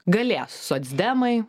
galėjo socdemai